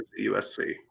USC